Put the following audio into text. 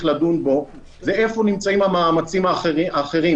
לדון בו זה איפה נמצאים המאמצים האחרים.